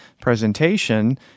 presentation